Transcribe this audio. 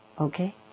okay